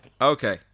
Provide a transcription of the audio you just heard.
Okay